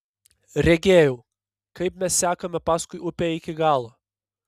regėjau kaip mes sekame paskui upę iki galo